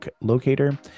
Locator